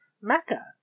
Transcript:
Mecca